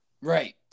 Right